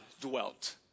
dwelt